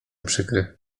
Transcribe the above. przykry